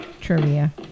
Trivia